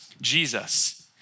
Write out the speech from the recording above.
Jesus